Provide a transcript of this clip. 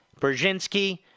Brzezinski